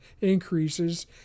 increases